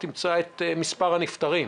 ותמצא את מספר הנפטרים.